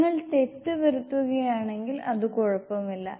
നിങ്ങൾ തെറ്റ് വരുത്തുകയാണെങ്കിൽ അത് കുഴപ്പമില്ല